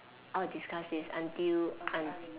oh discuss this until after lunch